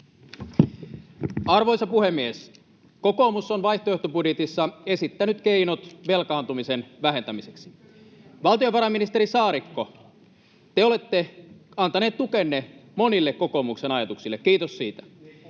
Arvoisa puhemies! Kokoomus on vaihtoehtobudjetissa esittänyt keinot velkaantumisen vähentämiseksi. Valtiovarainministeri Saarikko, te olette antanut tukenne monille kokoomuksen ajatuksille — kiitos siitä.